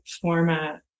format